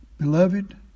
Beloved